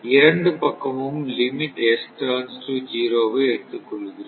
இரண்டு பக்கமும் limit S tends to ஜீரோவை எடுத்துக்கொள்கிறோம்